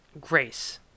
Grace